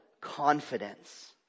confidence